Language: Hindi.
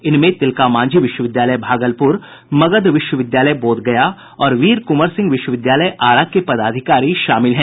इनमें तिलका मांझी विश्वविद्यालय भागलपुर मगध विश्वविद्यालय बोधगया और वीर कुंवर सिंह विश्वविद्यालय आरा के पदाधिकारी शामिल हैं